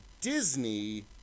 Disney